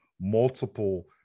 multiple